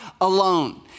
alone